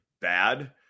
bad